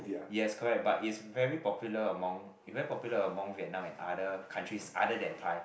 yes correct but it's very popular among very popular among Vietnam and other countries other than Thai